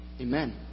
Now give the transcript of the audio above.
amen